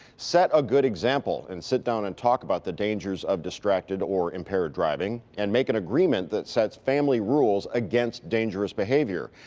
set a good example and sit down and talk about the dangers of distracted or impaired driving and make an agreement that sets family rules against dangerous behavior.